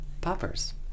poppers